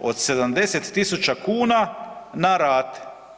od 70 tisuća kuna na rate.